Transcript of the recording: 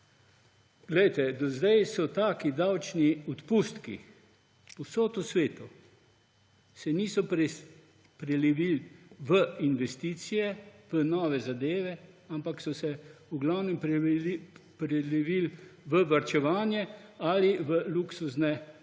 Do zdaj se taki davčni odpustki nikjer po svetu niso prelevili v investicije, v nove zadeve, ampak so se v glavnem prelevili v varčevanje ali v luksuzne zadeve